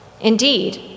Indeed